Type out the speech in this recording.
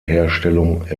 herstellung